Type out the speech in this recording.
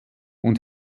und